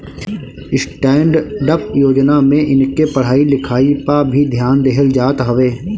stand up योजना में इनके पढ़ाई लिखाई पअ भी ध्यान देहल जात हवे